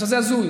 עכשיו, זה הזוי.